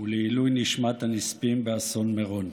ולעילוי נשמת הנספים באסון מירון: